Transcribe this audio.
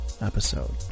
episode